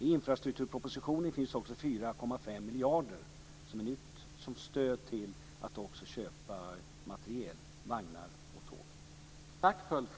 I infrastrukturpropositionen finns också 4,5 miljarder kronor - det är nytt - som stöd till att också köpa materiel, vagnar och tåg.